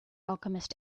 alchemist